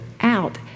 out